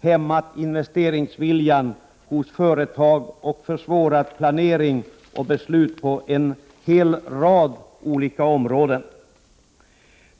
hämmat investeringsviljan hos företag och försvårat planering och beslut på en rad olika områden.